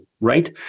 right